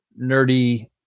nerdy